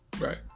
right